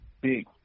big